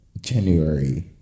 January